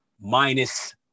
minus